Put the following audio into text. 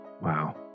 Wow